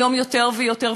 היום יותר ויותר,